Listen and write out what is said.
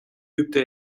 übte